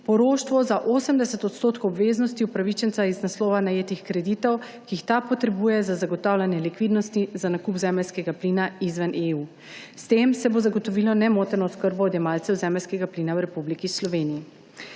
poroštvo za 80 % obveznosti upravičenca iz naslova najetih kreditov, ki jih ta potrebuje za zagotavljanje likvidnosti za nakup zemeljskega plina izven EU. S tem se bo zagotovila nemotena oskrba odjemalcev zemeljskega plina v Republiki Sloveniji.